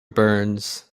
burns